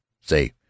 Say